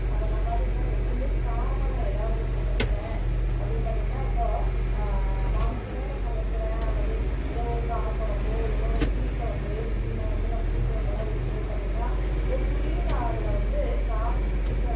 அப்போ நான் பார்த்திங்கன்னா எப்போதுமே காரமான ஏதாவது சமைச்சேன் அப்படின்னு பார்த்திங்கன்னா இப்போது மாமிசமே நான் சமைக்கிறேன் அல்லது ஏதோ ஒரு காரக்குழம்போ ஏதோ ஒன்று புளிக்குழம்பு முக்கியமாக வந்து நான் புளிக்குழம்பு எல்லாம் வைக்கும் போது பார்த்திங்கன்னா ஒரு துளி நான் அதில் வந்து காரத்தை